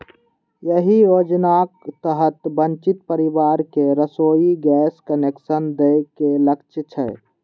एहि योजनाक तहत वंचित परिवार कें रसोइ गैस कनेक्शन दए के लक्ष्य छै